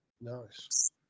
Nice